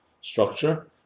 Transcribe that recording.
structure